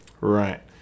right